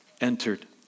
entered